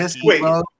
Wait